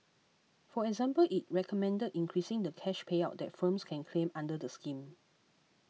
for example it recommended increasing the cash payout that firms can claim under the scheme